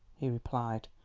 he replied,